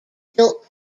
built